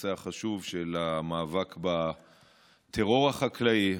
הנושא החשוב של המאבק בטרור החקלאי,